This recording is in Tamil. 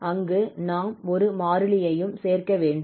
அங்கு நாம் ஒரு மாறிலியையும் சேர்க்க வேண்டும்